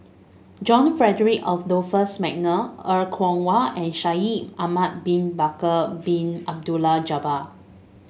John Frederick Adolphus McNair Er Kwong Wah and Shaikh Ahmad Bin Bakar Bin Abdullah Jabbar